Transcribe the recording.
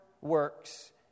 works